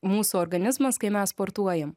mūsų organizmas kai mes sportuojam